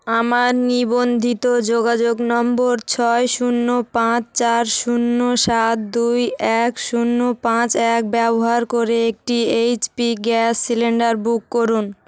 আমার নিবন্ধিত যোগাযোগ নম্বর ছয় শূন্য পাঁচ চার শূন্য সাত দুই এক শূন্য পাঁচ এক ব্যবহার করে একটি এইচপি গ্যাস সিলিন্ডার বুক করুন